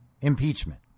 impeachment